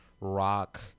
rock